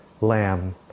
lamb